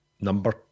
Number